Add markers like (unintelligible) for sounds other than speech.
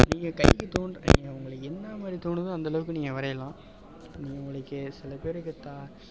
நீங்கள் கைக்கு தோன்ற (unintelligible) உங்களுக்கு என்ன மாதிரி தோணுதோ அந்தளவுக்கு நீங்கள் வரையலாம் நீங்கள் உங்களுக்கே சில பேருக்கு தா